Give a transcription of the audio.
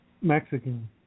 Mexican